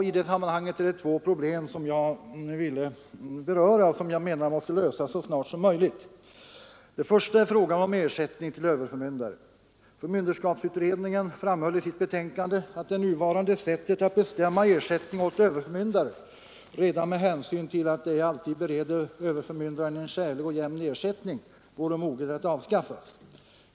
I det sammanhanget är det två problem som jag vill beröra och som jag menar måste lösas så snart som möjligt. Det första är frågan om ersättning till överförmyndare. Förmynderskapsutredningen framhöll i sitt betänkande att det nuvarande sättet att bestämma ersättning åt överförmyndare redan med hänsyn till att det ej alltid bereder överförmyndaren en skälig och jämn ersättning vore moget att avskaffas.